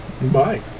Bye